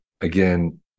again